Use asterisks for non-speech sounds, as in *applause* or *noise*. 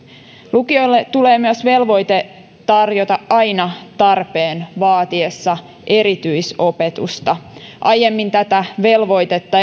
lukiolle tulee myös velvoite tarjota aina tarpeen vaatiessa erityisopetusta aiemmin tätä velvoitetta *unintelligible*